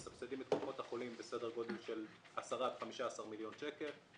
מסבסדים את קופות החולים בסדר גודל של 10 עד 15 מיליון שקלים.